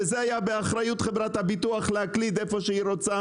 וזה היה באחריות חברת הביטוח להקליד איפה שהיא רוצה.